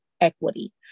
equity